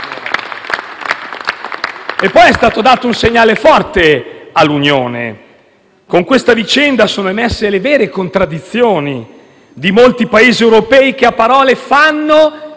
poi dato un segnale forte all'Unione: con questa vicenda sono emerse le vere contraddizioni di molti Paesi europei che, se a parole fanno